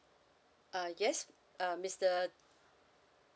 uh yes uh mister